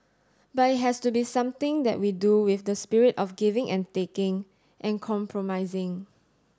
but it has to be something that we do with the spirit of giving and taking and compromising